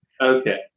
okay